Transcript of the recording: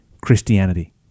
Christianity